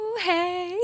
hey